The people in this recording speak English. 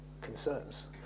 concerns